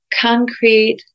concrete